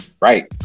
Right